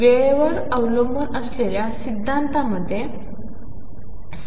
वेळेवरअवलंबूनअसलेल्यासिद्धांतामध्येवर्तमानघनताकाअसावी